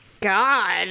god